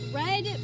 red